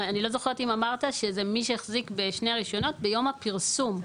אני לא זוכרת אם אמרת שזה מי שהחזיק בשני הרישיונות ביום הפרסום,